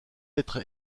être